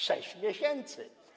6 miesięcy.